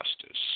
justice